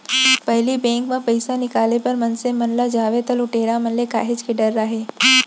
पहिली बेंक म पइसा निकाले बर मनसे मन जावय त लुटेरा मन ले काहेच के डर राहय